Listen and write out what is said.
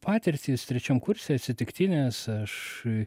patirtys trečiam kurse atsitiktinės aš